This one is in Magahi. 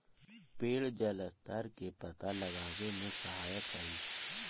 पेड़ जलस्तर के पता लगावे में सहायक हई